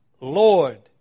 Lord